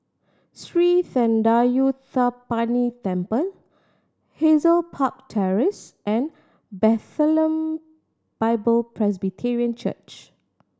Sri Thendayuthapani Temple Hazel Park Terrace and Bethlehem Bible Presbyterian Church